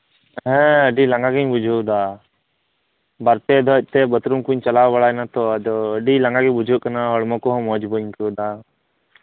ᱦᱮᱸ ᱟᱹᱰᱤ ᱞᱟᱝᱜᱟ ᱜᱤᱧ ᱵᱩᱡᱷᱟᱹᱣ ᱫᱟ ᱵᱟᱨ ᱯᱮ ᱫᱷᱟᱣ ᱵᱟᱛᱷᱨᱩᱢ ᱠᱚᱧ ᱪᱟᱞᱟᱣ ᱵᱟᱲᱟᱭ ᱱᱟᱛᱚ ᱟᱫᱚ ᱟᱹᱰᱤ ᱞᱟᱝᱜᱟ ᱜᱮ ᱵᱩᱡᱷᱟᱹᱜ ᱠᱟᱱᱟ ᱦᱚᱲᱢᱚ ᱠᱚᱦᱚᱸ ᱢᱚᱡᱽ ᱵᱟᱹᱧ ᱟᱹᱭᱠᱟᱹᱣ ᱫᱟ